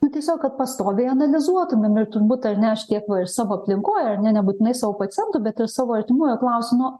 nu tiesiog kad pastoviai analizuotumėm ir turbūt ar ne aš tiek va savo aplinkoj ar ne nebūtinai savo pacientų bet ir savo artimųjų klausimo